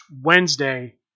Wednesday